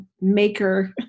maker